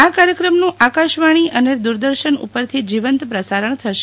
આ કાર્યક્રમનું આકાશવાણી અને દૂરદર્શન ઉપરથી જીવંત પ્રસારણ થશે